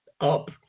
up